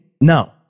No